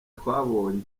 twabonye